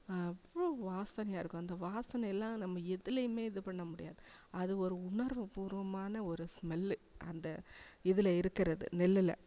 அவ்வளோ வாசனையாக இருக்கும் அந்த வாசனை எல்லாம் நம்ப எதுலையுமே இது பண்ணமுடியாது அது ஒரு உணர்வு பூர்வமான ஒரு ஸ்மெல்லு அந்த இதில் இருக்கிறது நெல்லில்